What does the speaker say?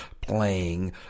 playing